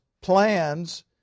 plans